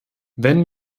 wenn